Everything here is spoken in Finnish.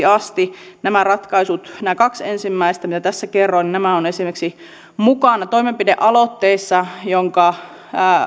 asti nämä kaksi ensimmäistä ratkaisua mitä tässä kerroin ovat esimerkiksi mukana toimenpidealoitteessa jonka